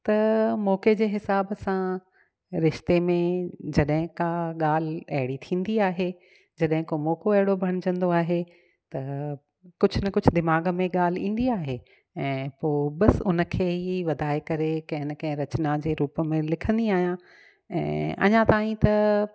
त मौक़े जे हिसाब सां रिश्ते में जॾहिं का ॻाल्हि अहिड़ी थींदी आहे जॾहिं को मौक़ो अहिड़ो बणिजंदो आहे त कुझु न कुझु दिमाग़ में ॻाल्हि ईंदी आहे ऐं पोइ बसि उन खे ईअं ई वधाए करे कंहिं न कंहिं रचिना जे रूप में लिखंदी आहियां ऐं अञा ताईं त